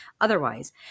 Otherwise